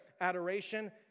adoration